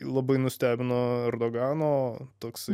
labai nustebino erdogano toksai